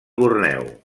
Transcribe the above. borneo